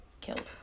killed